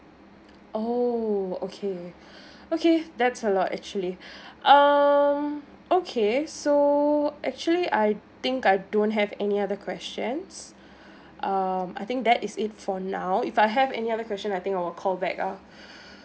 oh okay okay that's a lot actually um okay so actually I think I don't have any other questions um I think that is it for now if I have any other question I think I'll call back ah